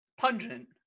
pungent